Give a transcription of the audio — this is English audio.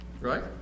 Right